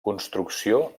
construcció